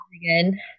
again